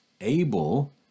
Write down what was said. able